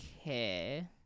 Okay